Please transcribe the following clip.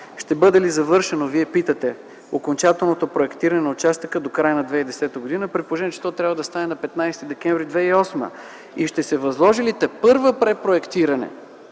ще бъде ли завършено окончателното проектиране на участъка до края на 2010 г., при положение че той е трябвало да стане към 15 декември 2008 г. Ще се възложи ли тепърва препроектиране